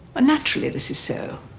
ah naturally this is so.